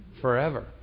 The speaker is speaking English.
forever